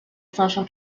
social